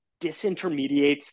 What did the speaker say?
disintermediates